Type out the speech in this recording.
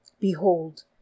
Behold